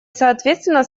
соответственно